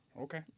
Okay